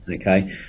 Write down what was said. Okay